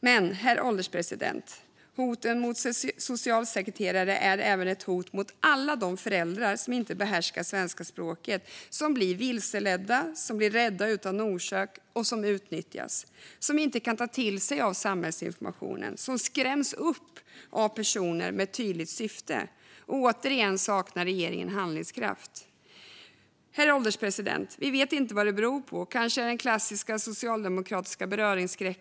Men, herr ålderspresident, hoten mot socialsekreterare är även hot mot alla de föräldrar som inte behärskar svenska språket - som blir vilseledda, som blir rädda utan orsak, som utnyttjas, som inte kan ta till sig av samhällsinformationen och som skräms upp av personer med ett tydligt syfte. Återigen saknar regeringen handlingskraft. Herr ålderspresident! Vi vet inte vad detta beror på. Kanske är det den klassiska socialdemokratiska beröringsskräcken.